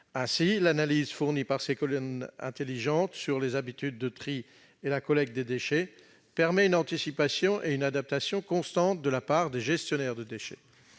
Ainsi, l'analyse fournie par ces colonnes intelligentes sur les habitudes de tri et la collecte des déchets permet une anticipation et une adaptation constantes de la part des gestionnaires de déchets.